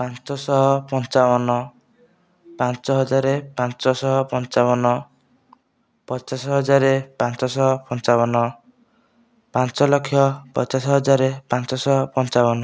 ପାଞ୍ଚଶହ ପଞ୍ଚାବନ ପାଞ୍ଚ ହଜାର ପାଞ୍ଚଶହ ପଞ୍ଚାବନ ପଚାଶ ହଜାର ପାଞ୍ଚଶହ ପଞ୍ଚାବନ ପାଞ୍ଚ ଲକ୍ଷ ପଚାଶ ହଜାର ପାଞ୍ଚଶହ ପଞ୍ଚାବନ